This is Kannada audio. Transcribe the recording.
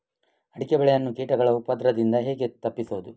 ಅಡಿಕೆ ಬೆಳೆಯನ್ನು ಕೀಟಗಳ ಉಪದ್ರದಿಂದ ಹೇಗೆ ತಪ್ಪಿಸೋದು?